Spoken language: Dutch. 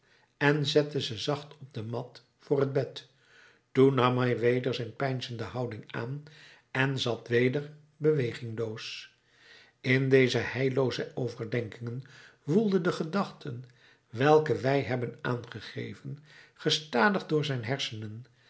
en zette ze zacht op de mat voor het bed toen nam hij weder zijn peinzende houding aan en zat weder bewegingloos in deze heillooze overdenkingen woelden de gedachten welke wij hebben aangegeven gestadig door zijn hersenen